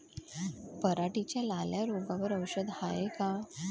पराटीच्या लाल्या रोगावर औषध हाये का?